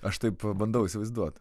aš taip bandau įsivaizduot